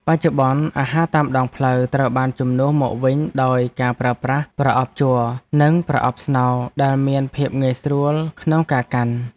បច្ចុប្បន្ន អាហារតាមដងផ្លូវត្រូវបានជំនួសមកវិញដោយការប្រើប្រាស់ប្រអប់ជ័រ និងប្រអប់ស្នោដែលមានភាពងាយស្រួលក្នុងការកាន់។